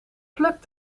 pluk